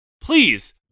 Please